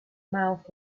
mouth